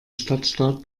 stadtstaat